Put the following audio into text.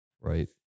right